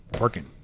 Working